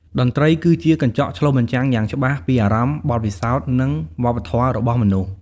តន្ត្រីគឺជាកញ្ចក់ឆ្លុះបញ្ចាំងយ៉ាងច្បាស់ពីអារម្មណ៍ បទពិសោធន៍ និងវប្បធម៌របស់មនុស្ស។